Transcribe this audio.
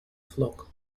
flock